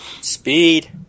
Speed